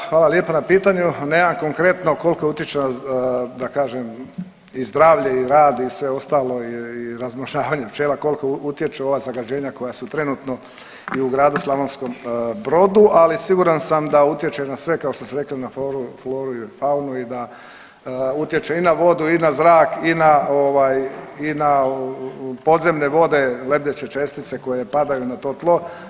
Pa hvala lijepa na pitanju, nemam konkretno koliko utječe na da kažem i zdravlje i rad i sve ostalo i razmnožavanje pčela koliko utječu ova zagađenja koja su trenutno i u gradu Slavonskom Brodu, ali siguran sam da utječe na sve kao što ste rekli na floru i faunu i da utječe i na vodu i na zrak i na ovaj i na podzemne vode lebdeće čestice koje padaju na to tlo.